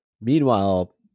Meanwhile